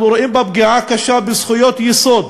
אנחנו רואים בה פגיעה קשה בזכויות יסוד